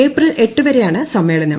April എട്ടുവരെയാണ് സമ്മേളനം